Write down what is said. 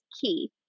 key